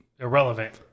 Irrelevant